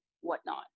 whatnot